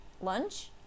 lunch